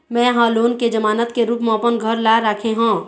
में ह लोन के जमानत के रूप म अपन घर ला राखे हों